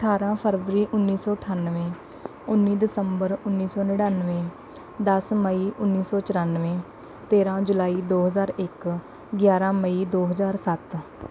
ਅਠਾਰਾਂ ਫਰਵਰੀ ਉੱਨੀ ਸੌ ਅਠਾਨਵੇਂ ਉੱਨੀ ਦਸੰਬਰ ਉੱਨੀ ਸੌ ਨੜਿਨਵੇਂ ਦਸ ਮਈ ਉੱਨੀ ਸੌ ਚੁਰਾਨਵੇਂ ਤੇਰਾਂ ਜੁਲਾਈ ਦੋ ਹਜ਼ਾਰ ਇੱਕ ਗਿਆਰਾਂ ਮਈ ਦੋ ਹਜ਼ਾਰ ਸੱਤ